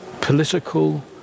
political